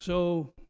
so,